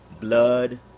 blood